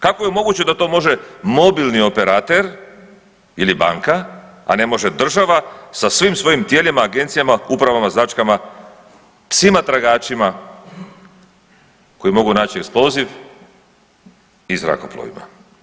Kako je moguće da to može mobilni operater, ili banka, a ne može država sa svim svojim tijelima, agencijama, upravama, značkama, psima tragačima, koji mogu naći eksploziv, i zrakoplovima?